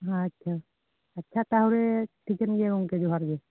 ᱟᱪᱪᱷᱟ ᱟᱪᱪᱷᱟ ᱛᱟᱦᱚᱞᱮ ᱴᱷᱤᱠᱟᱹᱱ ᱜᱮᱭᱟ ᱜᱚᱝᱠᱮ ᱡᱚᱦᱟᱨᱜᱮ